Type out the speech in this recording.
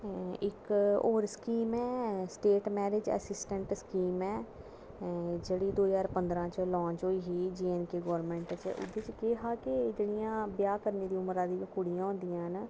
इक्क होर स्कीम ऐ स्टेट मैरिज़ असीस्टेंट स्कीम ऐ जेह्ड़ी की दौ ज्हार पंदरां च लांच होई ही जेएंडके गौरमेंट च एह्दे च केह् हा के कुड़ियां ब्याह् करना दी उमरा कुड़ियां होंदियां न